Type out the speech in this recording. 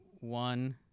one